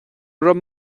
raibh